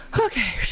okay